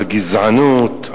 על גזענות,